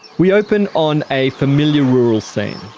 we open on a familiar rural scene,